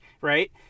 right